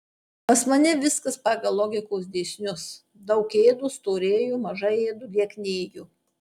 pas mane viskas pagal logikos dėsnius daug ėdu storėju mažai ėdu lieknėju